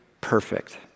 perfect